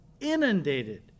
inundated